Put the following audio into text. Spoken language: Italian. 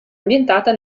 ambientata